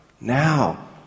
now